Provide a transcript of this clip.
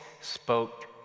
spoke